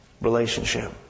Relationship